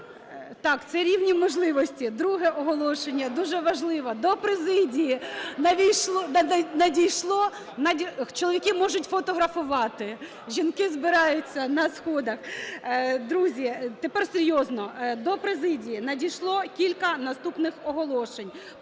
Так, це "Рівні можливості". Друге оголошення, дуже важливе. До президії надійшло… Чоловіки можуть фотографувати. Жінки збираються на сходах. Друзі, тепер серйозно. До президії надійшло кілька наступних оголошень.